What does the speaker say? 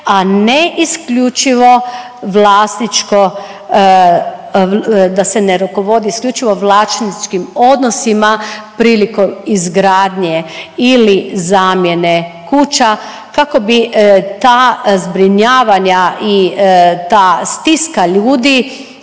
a ne isključivo vlasničko, da se ne rukovodi isključivo vlasničkim odnosa prilikom izgradnje ili zamjene kuća, kako bi ta zbrinjavanja i ta stiska ljudi